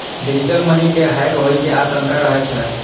digital money के hack होइ के आशंका रहै छै